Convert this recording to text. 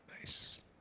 nice